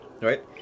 Right